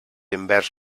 envers